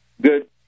good